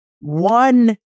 one